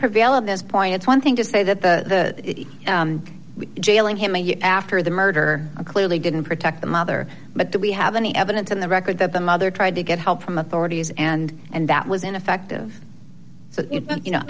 prevail at this point it's one thing to say that the jailing him after the murder clearly didn't protect the mother but do we have any evidence in the record that the mother tried to get help from authorities and and that was ineffective so you know